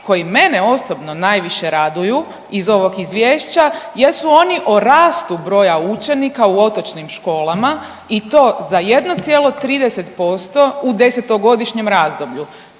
koji mene osobno najviše raduju iz ovog izvješća jesu oni o rastu broja učenika u otočnim školama i to za 1,30% u desetgodišnjem razdoblju.